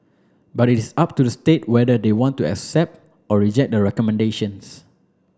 but it is up to the state whether they want to accept or reject the recommendations